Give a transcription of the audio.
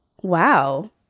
wow